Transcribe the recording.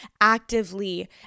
actively